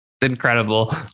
Incredible